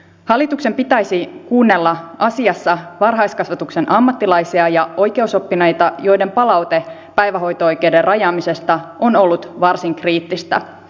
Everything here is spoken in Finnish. hallituksen pitäisi kuunnella asiassa varhaiskasvatuksen ammattilaisia ja oikeusoppineita joiden palaute päivähoito oikeuden rajaamisesta on ollut varsin kriittistä